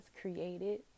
created